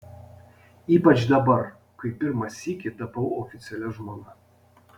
ypač dabar kai pirmą sykį tapau oficialia žmona